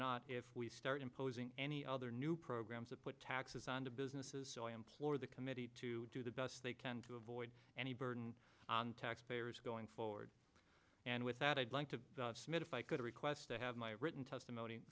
not if we start imposing any other new programs to put taxes on to businesses so i implore the committee to do the best they can to avoid any burden on taxpayers going forward and with that i'd like to submit if i could request to have my written testimony